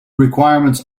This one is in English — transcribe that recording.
requirements